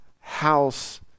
house